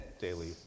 daily